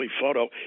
photo